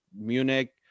Munich